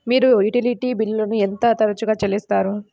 మీరు యుటిలిటీ బిల్లులను ఎంత తరచుగా చెల్లిస్తారు?